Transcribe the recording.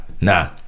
nah